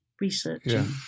researching